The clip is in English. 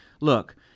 look